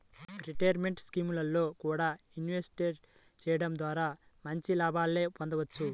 retirement స్కీముల్లో కూడా invest చెయ్యడం ద్వారా మంచి లాభాలనే పొందొచ్చు